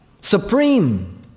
Supreme